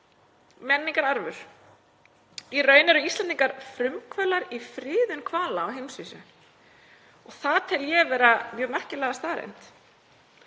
menningararfur. Í raun eru Íslendingar frumkvöðlar í friðun hvala á heimsvísu. Það tel ég vera mjög merkilega staðreynd.